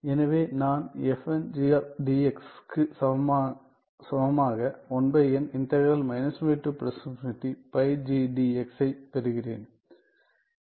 எனவே நான் க்கு சமமாக யைப் பெறுகிறேன்